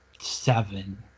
seven